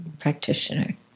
practitioner